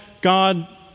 God